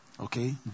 Okay